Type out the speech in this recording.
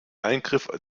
eingriff